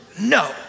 no